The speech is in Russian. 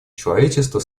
человечество